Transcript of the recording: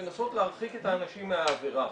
לנסות להרחיק את האנשים מהעבירה,